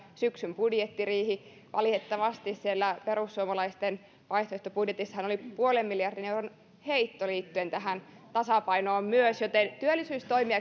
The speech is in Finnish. syksyn budjettiriihi valitettavasti siellä perussuomalaisten vaihtoehtobudjetissahan oli nolla pilkku viiden miljardin euron heitto liittyen tähän tasapainoon myös joten työllisyystoimia